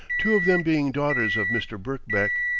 two of them being daughters of mr. birkbeck,